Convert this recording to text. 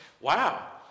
Wow